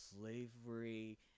Slavery